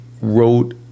wrote